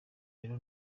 rero